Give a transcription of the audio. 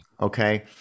okay